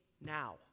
now